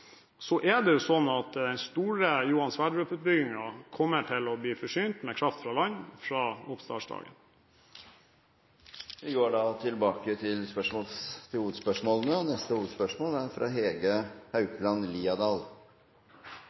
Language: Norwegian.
Så er det også sånn at den store Johan Sverdrup-utbyggingen kommer til å bli forsynt med kraft fra land fra oppstartsdagen. Vi går til neste hovedspørsmål. I forkant av OL i Sotsji var regjeringen forbilledlig klar på at den tok avstand fra